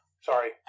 Sorry